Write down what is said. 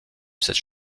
cette